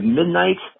midnight